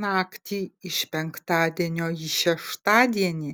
naktį iš penktadienio į šeštadienį